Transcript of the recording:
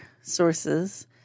sources